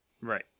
Right